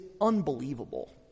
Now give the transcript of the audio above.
unbelievable